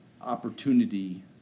opportunity